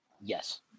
Yes